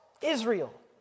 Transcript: Israel